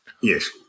Yes